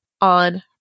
on